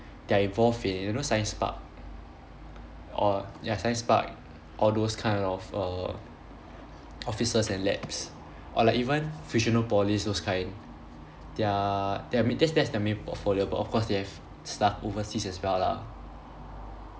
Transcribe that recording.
they are involved in you know science park or ya science park all those kind of err offices and labs or like even fusionopolis those kind they are they I mean that's that's their main portfolio but of course they have stuff overseas as well lah